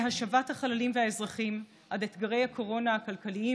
מהשבת החללים והאזרחים עד אתגרי הקורונה הכלכליים,